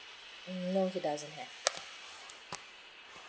mm no he doesn't have